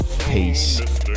Peace